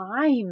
time